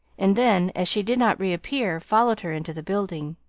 and then as she did not reappear, followed her into the building.